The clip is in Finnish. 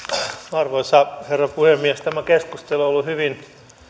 arvoisa herra puhemies tämä keskustelu on ollut hyvin